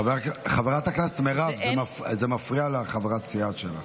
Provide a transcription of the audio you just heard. חברת הכנסת מירב, זה מפריע לחברת הסיעה שלך.